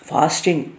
Fasting